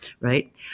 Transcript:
right